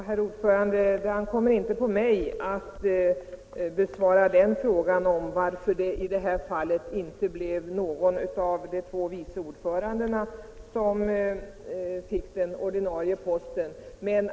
Herr talman! Det ankommer inte på mig att besvara frågan varför i detta fall inte någon av de två vice ordförandena fick den ordinarie posten.